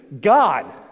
God